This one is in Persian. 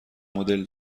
مدل